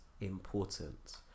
important